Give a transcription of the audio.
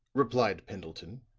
replied pendleton,